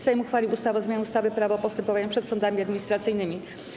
Sejm uchwalił ustawę o zmianie ustawy - Prawo o postępowaniu przed sądami administracyjnymi.